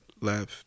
left